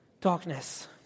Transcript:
darkness